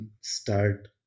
start